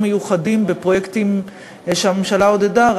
מיוחדים בפרויקטים שהממשלה עודדה,